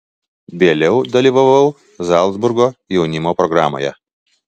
vėliau dalyvavau zalcburgo jaunimo programoje